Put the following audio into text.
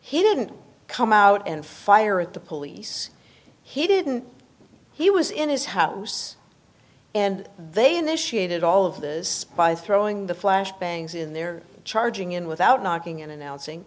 he didn't come out and fire at the police he didn't he was in his house and they initiated all of this by throwing the flash bangs in there charging in without knocking and announcing